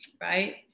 right